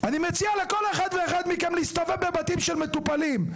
אני מציע לכל אחד ואחד מכם להסתובב בבתים של מטופלים,